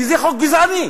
כי זה חוק גזעני.